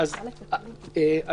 (היו"ר יעקב אשר, 19:11) הפקרת...